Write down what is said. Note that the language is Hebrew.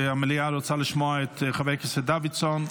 המליאה רוצה לשמוע את חבר הכנסת דוידסון.